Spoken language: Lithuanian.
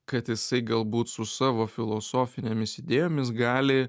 kad jisai galbūt su savo filosofinėmis idėjomis gali